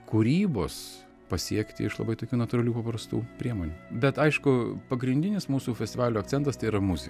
kūrybos pasiekti iš labai tokių natūralių paprastų priemonių bet aišku pagrindinis mūsų festivalio akcentas tai yra muzi